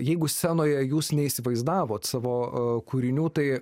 jeigu scenoje jūs neįsivaizdavot savo kūrinių tai